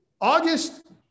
August